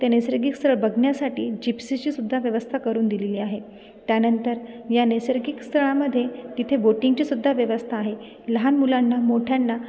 ते नैसर्गिक स्थळ बघण्यासाठी जिप्सीची सुद्धा व्यवस्था करून दिलेली आहे त्यानंतर या नैसर्गिक स्थळामध्ये तिथे बोटिंगची सुद्धा व्यवस्था आहे लहान मुलांना मोठ्यांना